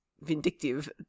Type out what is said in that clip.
vindictive